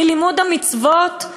מלימוד המצוות?